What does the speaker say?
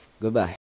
goodbye